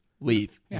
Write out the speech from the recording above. leave